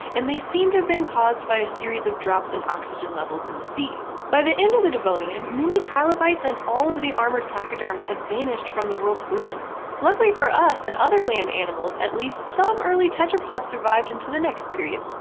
and they seem to have been caused by a series of drops in oxygen levels in the seas. by the end of the devonian, many trilobites and all of the armored placoderms had vanished from the world's oceans. luckily for us and other land animals, at least some early tetrapods survived into the next period,